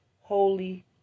holy